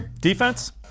Defense